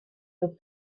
your